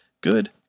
good